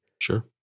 Sure